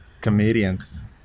comedians